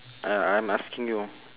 uh I'm asking you